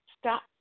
Stop